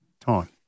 time